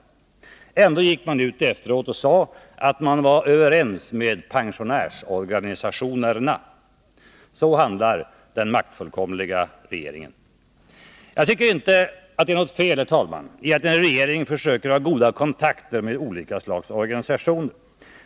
Ändå gick man efteråt ut och sade att man var överens med pensionärsorganisationerna. Så handlar den maktfullkomliga regeringen. Jag tyckerinte att det är något fel, herr talman, i att en regering försöker ha goda kontakter med olika slags organisationer.